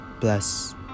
bless